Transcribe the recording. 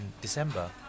December